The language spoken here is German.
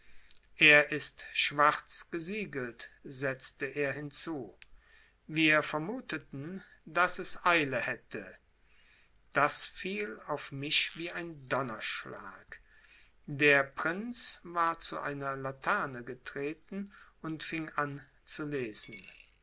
er ist schwarz gesiegelt setzte er hinzu wir vermuteten daß es eile hätte das fiel auf mich wie ein donnerschlag der prinz war zu einer laterne getreten und fing an zu lesen